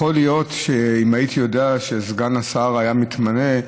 אם הייתי יודע שסגן השר היה מתמנה,